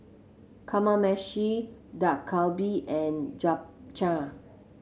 Kamameshi Dak Galbi and Japchae